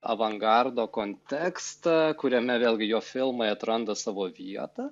avangardo kontekstą kuriame vėlgi jo filmai atranda savo vietą